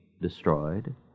destroyed